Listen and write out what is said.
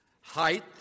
height